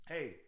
Hey